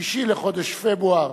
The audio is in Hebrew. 6 בחודש פברואר